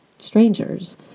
strangers